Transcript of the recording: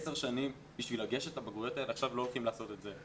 עשר שנים בשביל לגשת לבגרויות האלה עכשיו לא הולכים לעשות את זה.